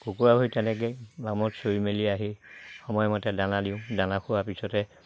কুকুৰাবোৰে তেনেকে বামত চৰি মেলি আহি সময়মতে দানা দিওঁ দানা খোৱাৰ পিছতে